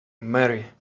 marry